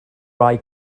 rhai